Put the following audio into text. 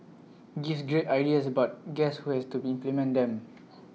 gives great ideas but guess who has to be implement them